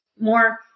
more